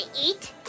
eat